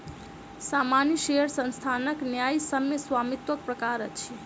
सामान्य शेयर संस्थानक न्यायसम्य स्वामित्वक प्रकार अछि